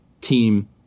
team